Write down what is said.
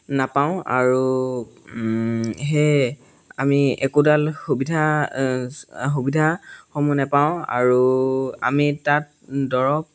নাপাওঁ আৰু সেয়ে আমি একোডাল সুবিধা সুবিধাসমূহ নাপাওঁ আৰু আমি তাত দৰৱ